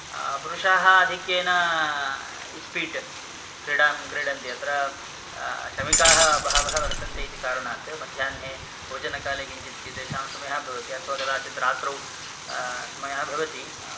पुरुषाः अधिक्येन इस्पीट् क्रीडां क्रीडन्ति अत्र श्रमिकाः बहवः वर्तन्ते इति कारणात् मध्याह्णे भोजनकाले किञ्चित् एतेषां समयः भवति अथवा कदाचित् रात्रौ समयः भवति